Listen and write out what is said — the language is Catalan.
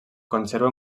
conserva